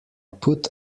put